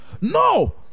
No